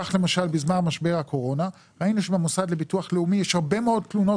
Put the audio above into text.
כך למשל בזמן משבר הקורונה ראינו שבמוסד לביטוח לאומי יש הרבה מאוד תלונות